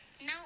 No